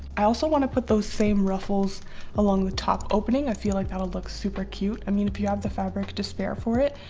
i also want to put those same ruffles along the top opening. i feel like that would look super cute i mean if you have the fabric to spare for it,